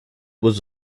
was